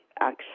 action